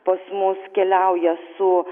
pas mus keliauja su